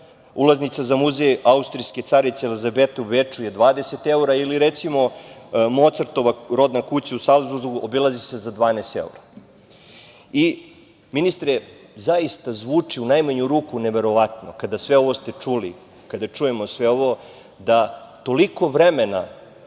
ulaznica za muzej austrijske carice Elizabete u Beču je 20 evra, ili recimo, Mocartova rodna kuća u Salzburgu obilazi se za 12 eura. Ministre, zaista zvuči u najmanju ruku neverovatno kada čujemo sve ovo, da toliko vremena